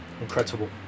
Incredible